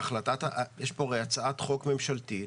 יש פה הצעת חוק ממשלתית.